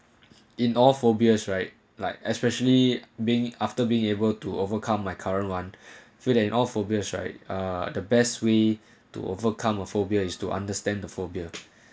in all phobias right like especially being after being able to overcome my current one food and all phobias right uh the best way to overcome a phobia is to understand the phobia